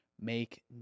make